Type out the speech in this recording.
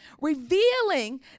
revealing